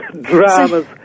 dramas